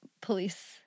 police